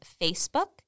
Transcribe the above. Facebook